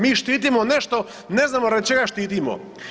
Mi štitimo nešto ne znamo radi čega štitimo.